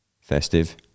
festive